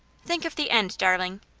think of the end, darling.